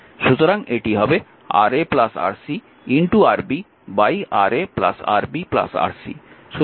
সুতরাং এটি হবে Ra Rc Rb Ra Rb Rc